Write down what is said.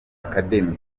academy